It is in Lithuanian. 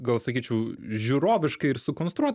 gal sakyčiau žiūroviškai ir sukonstruo